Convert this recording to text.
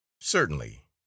Certainly